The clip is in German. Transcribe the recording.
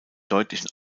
deutlich